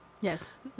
Yes